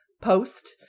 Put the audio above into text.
post